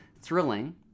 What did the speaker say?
thrilling